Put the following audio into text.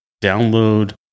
download